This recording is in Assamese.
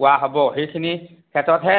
পোৱা হ'ব সেইখিনি ক্ষেত্ৰতহে